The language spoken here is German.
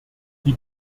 die